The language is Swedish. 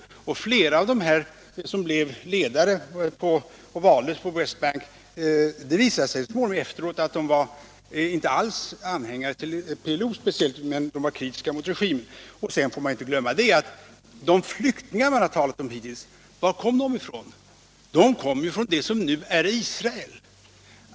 Det visade sig så småningom att flera av dem som blev ledare genom valet på västbanken inte alls speciellt var anhängare till PLO men däremot var kritiska mot situationen. Vidare får man inte glömma varifrån de flyktingar som man talat om ursprungligen kommer. De har ju kommit från det som nu är Israel.